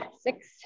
six